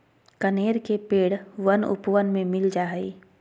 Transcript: कनेर के पेड़ वन उपवन में मिल जा हई